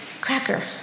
cracker